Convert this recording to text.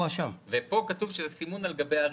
פה כתוב שזה סימון על גבי האריזה.